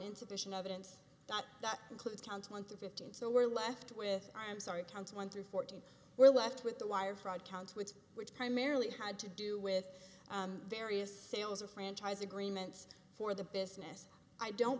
insufficient evidence that includes counts one through fifteen so we're left with i'm sorry counts one hundred fourteen we're left with the wire fraud counts which which primarily had to do with various sales or franchise agreements for the business i don't